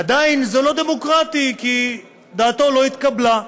עדיין זה לא דמוקרטי, כי דעתו לא התקבלה.